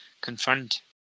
confront